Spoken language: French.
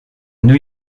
new